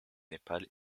népal